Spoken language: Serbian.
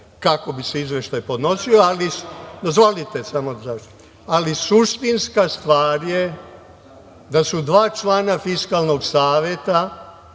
kako bi se izveštaj podnosio. Suštinska stvar je da su dva člana Fiskalnog saveta,